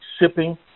shipping